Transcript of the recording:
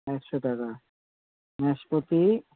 একশো টাকা নাশপাতি